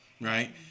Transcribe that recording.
Right